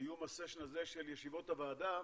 סיום הסשן הזה של ישיבות הוועדה,